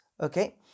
okay